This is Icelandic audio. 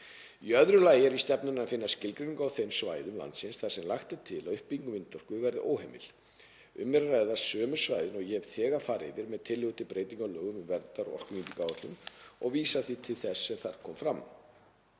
Í öðru lagi er í stefnunni að finna skilgreiningu á þeim svæðum landsins þar sem lagt er til að uppbygging vindorku verði óheimil. Um er að ræða sömu svæðin og ég hef þegar farið yfir með tillögu til breytinga á lögum um verndar- og orkunýtingaráætlun og vísa til þess sem þar kom fram.